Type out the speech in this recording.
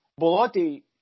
Bolotti